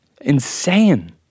insane